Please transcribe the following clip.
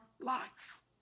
Life